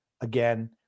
again